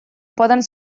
poden